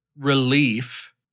relief